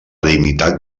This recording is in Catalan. dignitat